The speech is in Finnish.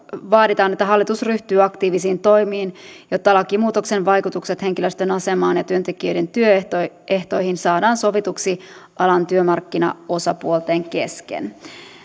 vaaditaan että hallitus ryhtyy aktiivisiin toimiin jotta lakimuutoksen vaikutukset henkilöstön asemaan ja työntekijöiden työehtoihin saadaan sovituksi alan työmarkkinaosapuolten kesken